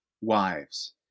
wives